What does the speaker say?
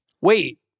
Wait